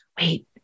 wait